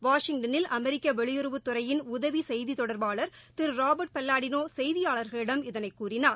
வாஷிங்டனில் அமெரிக்க வெளியுறவுத் துறையின் உதவி செய்தி தொடர்பாளர் திரு ராபர்ட் பல்லாடினோ செய்தியாளர்களிடம் இதைக் கூறினார்